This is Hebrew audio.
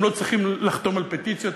הם לא צריכים לחתום על פטיציות.